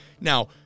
Now